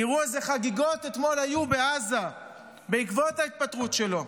תראו אילו חגיגות היו בעזה אתמול בעקבות ההתפטרות שלו.